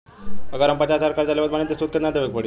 अगर हम पचास हज़ार कर्जा लेवत बानी त केतना सूद देवे के पड़ी?